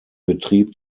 betrieb